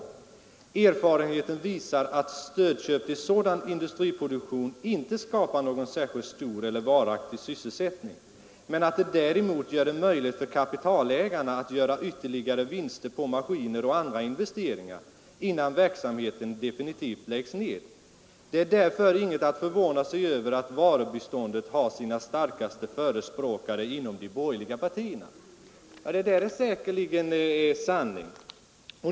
Erfarenheten visar, att stödköp till sådan industriproduktion inte skapar någon särskilt stor eller varaktig sysselsättning, men att det däremot gör det möjligt för kapitalägarna att göra ytterligare vinster på maskiner och andra investeringar, innan verksamheten definitivt läggs ned. Det är 41 därför inget att förvåna sig över, att varubiståndet har sina starkaste förespråkare inom de borgerliga partierna.” Ja, det där är säkerligen sanning.